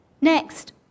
Next